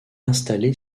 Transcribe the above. installée